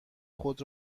خود